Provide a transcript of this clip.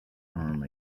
arm